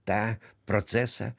tą procesą